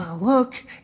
Look